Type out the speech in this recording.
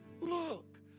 Look